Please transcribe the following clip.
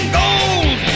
gold